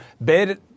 bed